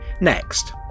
Next